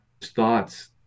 thoughts